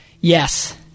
Yes